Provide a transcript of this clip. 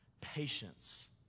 patience